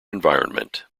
environment